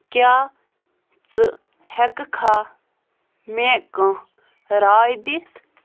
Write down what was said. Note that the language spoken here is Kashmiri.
کیٛاہ ژٕ ہٮ۪کٕکھا مےٚ کانٛہہ راے دِتھ